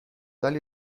ولی